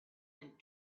and